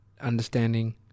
understanding